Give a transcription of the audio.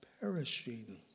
perishing